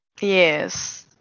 Yes